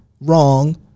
wrong